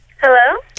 hello